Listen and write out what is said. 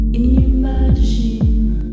imagine